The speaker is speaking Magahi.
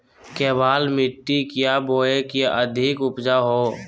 केबाल मिट्टी क्या बोए की अधिक उपज हो?